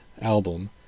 album